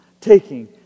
Taking